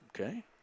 Okay